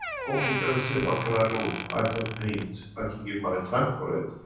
go in there and say what can i do, i can paint, i can give my time for it.